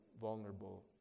vulnerable